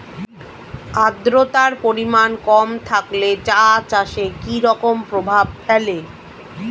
আদ্রতার পরিমাণ কম থাকলে চা চাষে কি রকম প্রভাব ফেলে?